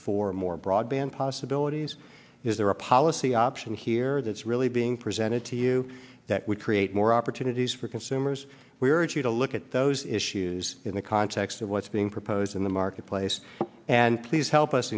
for more broadband possibilities is there a policy option here that's really being presented to you that would create more opportunities for consumers we urge you to look at those issues in the context of what's being proposed in the marketplace and please help us